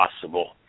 possible